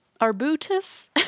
Arbutus